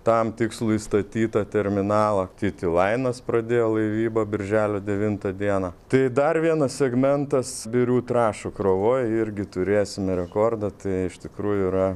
tam tikslui statytą terminalą kitilainas pradėjo laivybą birželio devintą dieną tai dar vienas segmentas birių trąšų krovoj irgi turėsime rekordą tai iš tikrųjų yra